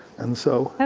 and so have